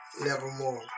Nevermore